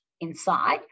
inside